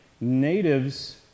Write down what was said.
natives